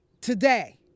today